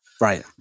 Right